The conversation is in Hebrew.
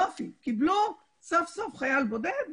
יופי, קיבלו סוף-סוף חייל בודד,